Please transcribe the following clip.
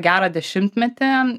gerą dešimtmetį